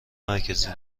مرکزی